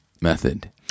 Method